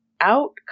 out